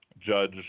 judge